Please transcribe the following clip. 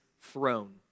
throne